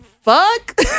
fuck